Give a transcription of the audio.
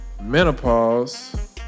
menopause